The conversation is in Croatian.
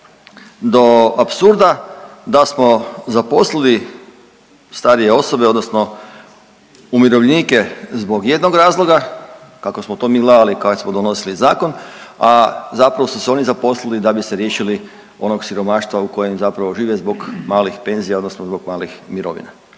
do apsurda da smo zaposlili starije osobno, odnosno umirovljenike zbog jednog razloga, kako smo to mi gledali kad smo donosili zakon, a zapravo su se oni zaposlili da bi se riješili onog siromaštva u kojem zapravo žive zbog malih penzija odnosno zbog malih mirovina.